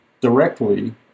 directly